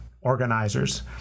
organizers